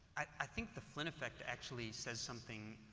i think the flynn effect actually says something